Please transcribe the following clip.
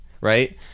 Right